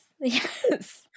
Yes